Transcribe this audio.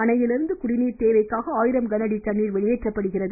அணையிலிருந்து குடிநீர் தேவைக்காக கனஅடி தண்ணீர் வெளியேற்றப்படுகிறது